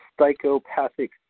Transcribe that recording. psychopathic